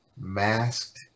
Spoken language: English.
masked